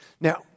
Now